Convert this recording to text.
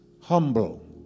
humble